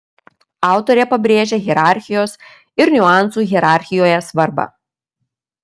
autorė pabrėžia hierarchijos ir niuansų hierarchijoje svarbą